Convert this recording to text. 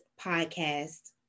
podcast